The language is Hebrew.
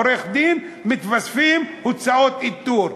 לעורך-דין מתווספות הוצאות איתור.